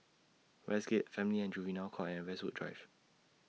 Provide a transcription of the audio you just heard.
Westgate Family and Juvenile Court and Westwood Drive